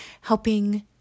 helping